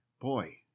boy